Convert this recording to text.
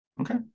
Okay